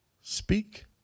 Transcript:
Speak